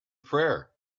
prayer